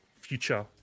future